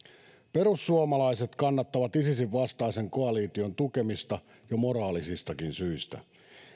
perussuomalaiset kannattavat isisin vastaisen koalition tukemista jo moraalisistakin syistä